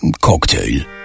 Cocktail